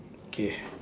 K